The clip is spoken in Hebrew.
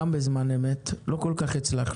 גם בזמן אמת, לא כל כך הצלחנו.